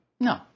no